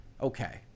Okay